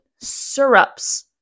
syrups